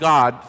God